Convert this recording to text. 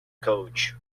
couch